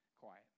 quiet